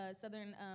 southern